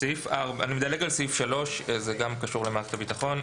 אני מדלג על סעיף 3, שגם הוא קשור למערכת הביטחון.